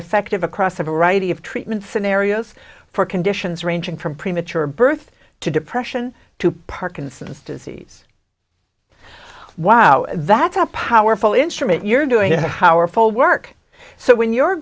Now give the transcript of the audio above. effective across a variety of treatments scenarios for conditions ranging from premature birth to depression to parkinson's disease wow that's a powerful instrument you're doing our full work so when you're